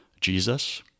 Jesus